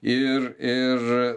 ir ir